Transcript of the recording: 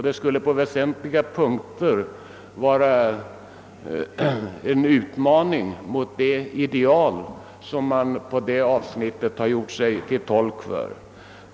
Det skulle på väsentliga punkter vara en utmaning mot de ideal som man i detta avsnitt bekänt sig till.